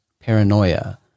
Paranoia